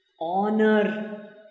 honor